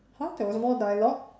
!huh! there was more dialogue